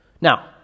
Now